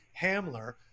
Hamler